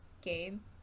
game